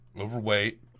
overweight